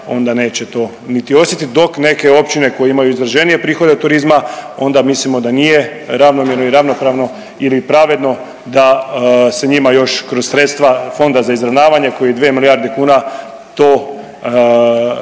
onda neće to niti osjetit dok neke općine koje imaju izraženije prihode od turizma onda mislimo da nije ravnomjerno i ravnopravno ili pravedno da se njima još kroz sredstva Fonda za izravnavanje koji je dvije milijarde kuna to nadopunjuje,